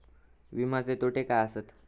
विमाचे तोटे काय आसत?